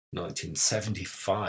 1975